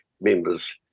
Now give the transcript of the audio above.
members